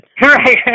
right